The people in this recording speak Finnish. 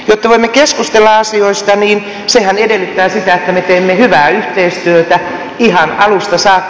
jotta voimme keskustella asioista sehän edellyttää sitä että me teemme hyvää yhteistyötä ihan alusta saakka